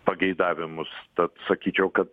pageidavimus tad sakyčiau kad